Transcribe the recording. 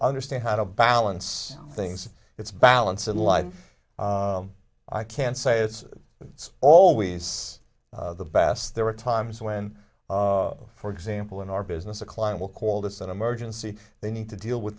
understand how to balance things it's balance in life i can't say it's it's always the best there are times when for example in our business a client will call this an emergency they need to deal with